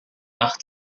nach